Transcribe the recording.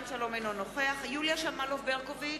אינו נוכח יוליה שמאלוב-ברקוביץ,